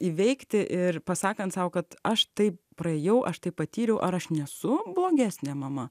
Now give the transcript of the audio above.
įveikti ir pasakant sau kad aš taip praėjau aš tai patyriau ar aš nesu blogesnė mama